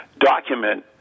document